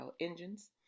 engines